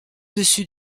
dessus